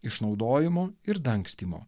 išnaudojimo ir dangstymo